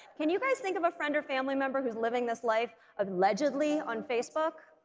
can you guys think of a friend or family member who's living this life allegedly on facebook?